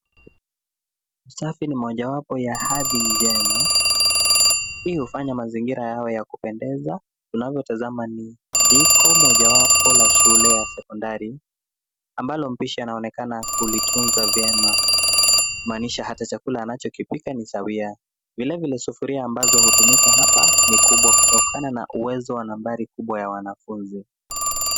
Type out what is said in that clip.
Usafi ni mojawapo ya hadhi njema. Hii hufanya mazingira yawe ya kupendeza. Tunavyotazama ni jiko mojawapo la shule ya sekondari ambalo mpishi anaonekana kulitunza vema. Maanisha hata chakula anachokipika ni sawia. Vilevile sufuria ambazo hutumika hapa ni kubwa kutokana na uwezo wa nambari kubwa ya wanafunzi.